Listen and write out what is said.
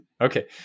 Okay